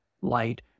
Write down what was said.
light